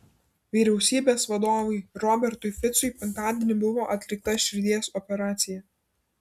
vyriausybės vadovui robertui ficui penktadienį buvo atlikta širdies operacija